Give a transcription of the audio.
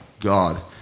God